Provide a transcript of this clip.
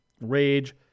Rage